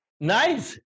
Nice